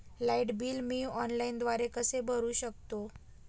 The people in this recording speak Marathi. लाईट बिल मी ऑनलाईनद्वारे कसे भरु शकतो?